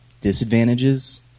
Disadvantages